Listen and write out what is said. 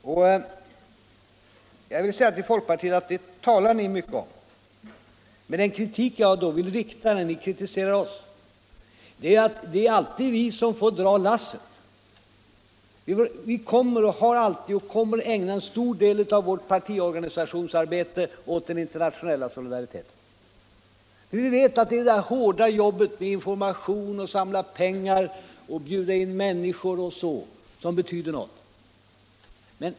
Det talar ni i folkpartiet mycket om, men — och det är den kritik jag vill rikta mot er när ni kritiserar oss — det är alltid vi som får dra lasset. Vi har alltid ägnat och kommer alltid att ägna en stor del av vårt partiorganisationsarbete åt den internationella solidariteten, för vi vet att det är det där hårda jobbet med information, med att samla pengar, med att bjuda in människor osv. som betyder någonting.